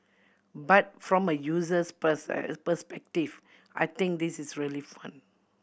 but from a user's perspective I think this is really fun